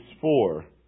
four